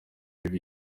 mibi